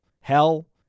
Hell